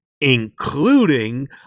including